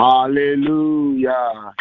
Hallelujah